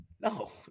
No